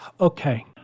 Okay